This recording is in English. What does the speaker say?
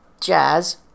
jazz